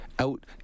out